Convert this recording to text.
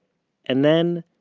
and then,